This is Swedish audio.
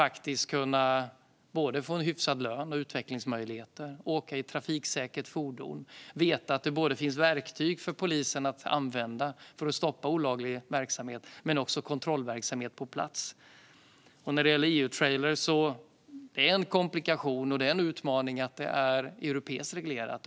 De ska få en hyfsad lön och utvecklingsmöjligheter, åka i ett trafiksäkert fordon och veta att det finns verktyg för polisen att stoppa olaglig verksamhet och kontrollverksamhet på plats. När det gäller EU-trailrar är det en komplikation och en utmaning att det är europeiskt reglerat.